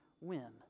win